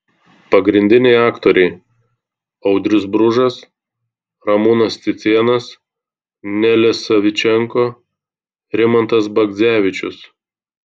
pagrindiniai aktoriai audrius bružas ramūnas cicėnas nelė savičenko rimantas bagdzevičius